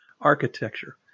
architecture